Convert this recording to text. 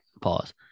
Pause